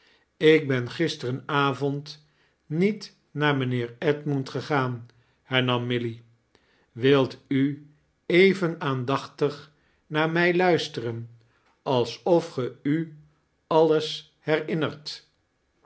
ik ben gisteren avond niet naar mijnheer edmund gegaan hernam milly wilt u even aanidachtig naar mij luisteren alsof ge u alles herinnerdet